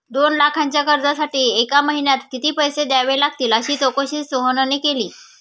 दोन लाखांच्या कर्जासाठी एका महिन्यात किती पैसे द्यावे लागतील अशी चौकशी सोहनने केली